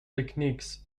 techniques